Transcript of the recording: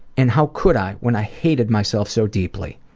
and how could i when i hated myself so deeply.